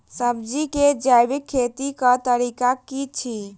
सब्जी केँ जैविक खेती कऽ तरीका की अछि?